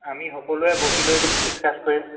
আমি সকলোৱে বহি লৈ ডিচকাছ কৰিম